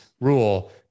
rule